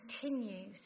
continues